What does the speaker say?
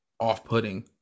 off-putting